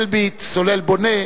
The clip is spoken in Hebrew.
"אלביט" ו"סולל בונה",